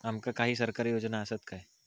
आमका काही सरकारी योजना आसत काय?